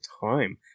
time